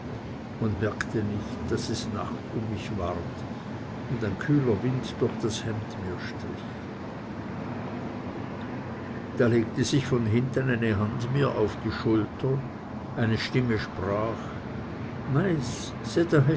und merkte nicht daß es nacht um mich ward und ein kühler wind durch das hemd mir strich da legte sich von hinten eine hand mir auf die schulter eine stimme sprach